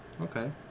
Okay